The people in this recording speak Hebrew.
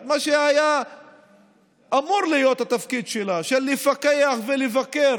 את מה שהיה אמור להיות התפקיד שלה: לפקח ולבקר,